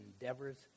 endeavors